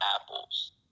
apples